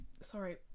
Sorry